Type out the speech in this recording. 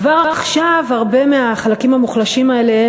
כבר עכשיו הרבה מהחלקים המוחלשים האלה